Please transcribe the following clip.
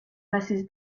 mrs